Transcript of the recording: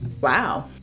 Wow